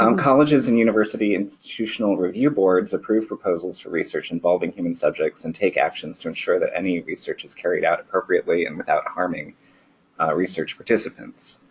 um colleges and university institutional review boards approved proposals for research involving human subjects and take actions to ensure that any research is carried out appropriately and without harming research participants.